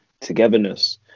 togetherness